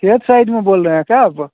gate side में बोल रहें क्या आप